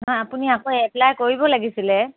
নাই আপুনি আকৌ এপ্লাই কৰিব লাগিছিলে